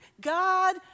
God